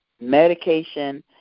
medication